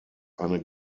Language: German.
eine